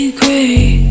great